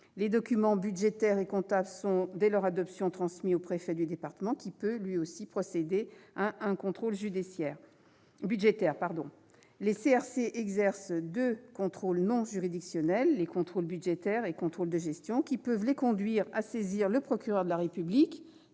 Les documents budgétaires et comptables sont, dès leur adoption, transmis au préfet du département qui peut lui aussi procéder à un contrôle budgétaire. Les CRC exercent deux contrôles non juridictionnels, les contrôles budgétaires et les contrôles de gestion, qui peuvent les conduire à saisir le procureur de la République,